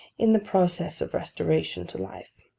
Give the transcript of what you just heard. in the process of restoration to life.